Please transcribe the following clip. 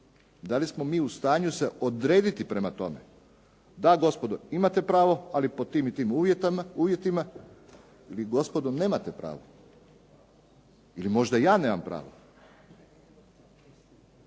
da li smo mi u stanju se odrediti prema tome? Da, gospodo, imate pravo ali pod tim i tim uvjetima ili gospodo nemate pravo. Ili možda ja nemam pravo.